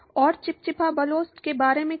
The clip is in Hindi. और चिपचिपा बलों के बारे में क्या